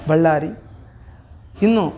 ಬಳ್ಳಾರಿ ಇನ್ನೂ